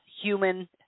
human